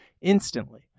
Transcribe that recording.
instantly